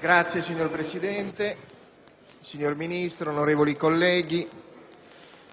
relatore*. Signor Presidente, signor Ministro, onorevoli colleghi,